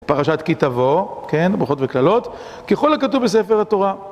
פרשת כי תבוא, כן, ברכות וקללות, ככל הכתוב בספר התורה.